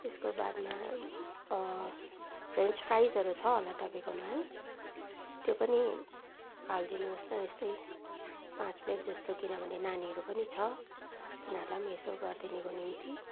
त्यसको बादमा फ्रेन्च फ्राइजहरू छ होला तपाईँकोमा है त्यो पनि हालिदिनुहोस् न यस्तै पाँच प्लेट जस्तो किनभने नानीहरू पनि छ तिनीहरूलाई पनि यसो गरिदिनुको निम्ति